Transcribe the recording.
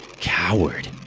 Coward